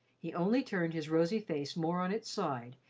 he only turned his rosy face more on its side,